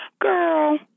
Girl